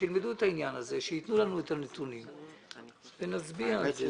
שילמדו את העניין הזה וייתנו לנו את הנתונים ואז נצביע על זה.